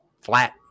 flat